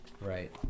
Right